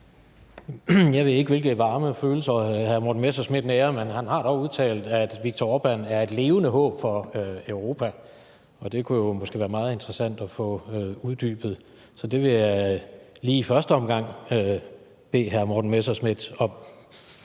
Jeg ved ikke, hvilke varme følelser hr. Morten Messerschmidt nærer, men han har dog udtalt, at Viktor Orban er et levende håb for Europa, og det kunne måske være meget interessant at få uddybet. Så det vil jeg lige i første omgang bede hr. Morten Messerschmidt om.